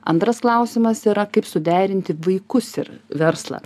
antras klausimas yra kaip suderinti vaikus ir verslą